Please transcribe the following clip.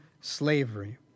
slavery